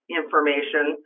information